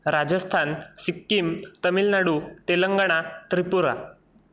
Rajasthan Sikkim Tamil Nadu Telangana Tripura